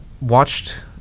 watched